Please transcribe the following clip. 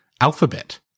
alphabet